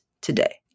today